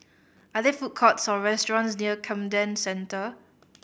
are there food courts or restaurants near Camden Centre